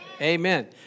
Amen